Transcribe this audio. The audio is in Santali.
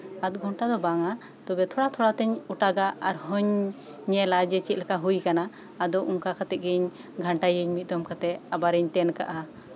ᱟᱫᱷ ᱜᱷᱚᱱᱴᱟ ᱫᱚ ᱵᱟᱝᱟ ᱛᱚᱵᱮ ᱛᱷᱚᱲᱟᱼᱛᱷᱚᱲᱟ ᱛᱤᱧ ᱚᱴᱟᱜᱟ ᱟᱨᱦᱩᱧ ᱧᱮᱞᱟ ᱡᱮ ᱪᱮᱫ ᱞᱮᱠᱟ ᱦᱳᱭ ᱟᱠᱟᱱᱟ ᱟᱫᱚ ᱚᱱᱠᱟ ᱠᱟᱛᱮᱫ ᱜᱤᱧ ᱜᱷᱟᱱᱴᱟᱭᱤᱧ ᱢᱤᱫ ᱫᱚᱢ ᱠᱟᱛᱮ ᱟᱵᱟᱨᱤᱧ ᱛᱮᱱ ᱠᱟᱜᱼᱟ